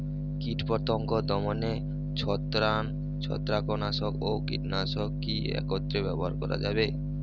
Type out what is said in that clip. কীটপতঙ্গ দমনে ছত্রাকনাশক ও কীটনাশক কী একত্রে ব্যবহার করা যাবে?